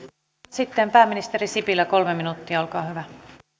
sitten pääministeri sipilä kolme minuuttia olkaa hyvä